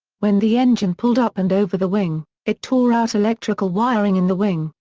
when the engine pulled up and over the wing, it tore out electrical wiring in the wing,